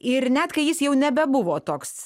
ir net kai jis jau nebebuvo toks